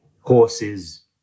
horses